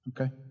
Okay